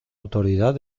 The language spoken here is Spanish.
autoridad